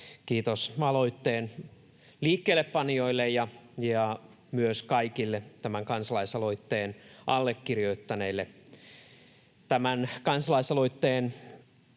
Kiitos aloitteen liikkeellepanijoille ja myös kaikille tämän kansalais-aloitteen allekirjoittaneille. Tämän kansalaisaloitteen